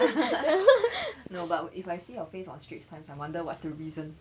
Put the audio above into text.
no but if I see your face on straits time I wonder what's the reason